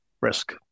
risk